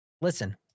Listen